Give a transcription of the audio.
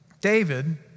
David